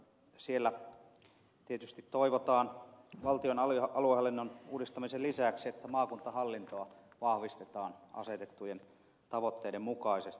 siellä tietysti toivotaan valtion aluehallinnon uudistamisen lisäksi että maakuntahallintoa vahvistetaan asetettujen tavoitteiden mukaisesti